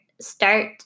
start